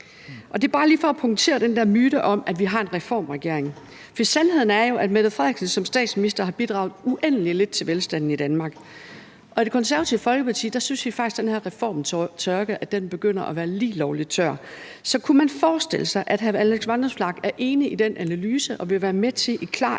og det er bare lige for at punktere den der myte om, at vi har en reformregering. For sandheden er jo, at Mette Frederiksen som statsminister har bidraget uendelig lidt til velstanden i Danmark, og i Det Konservative Folkeparti synes vi faktisk, at den her reformtørke begynder at være lige lovlig tør. Så kunne man forestille sig, at hr. Alex Vanopslagh er enig i den analyse og i KLAR-alliancen vil